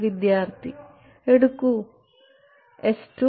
വിദ്യാർത്ഥിഎടുക്കൂ